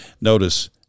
Notice